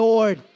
Lord